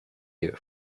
you